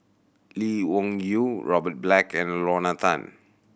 Lee Wung Yew Robert Black and Lorna Tan